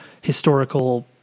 historical